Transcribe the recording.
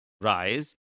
rise